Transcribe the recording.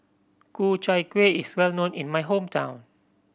Ku Chai Kueh is well known in my hometown